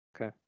Okay